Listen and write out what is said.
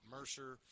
Mercer